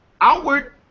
outward